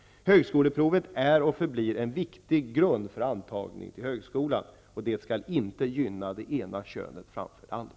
Högskoleprovet är och förblir en viktig grund för antagning till högskolan, och det skall inte gynna det ena könet framför det andra.